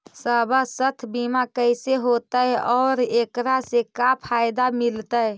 सवासथ बिमा कैसे होतै, और एकरा से का फायदा मिलतै?